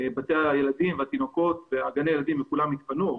בתי הילדים והתינוקות התפנו.